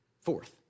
Fourth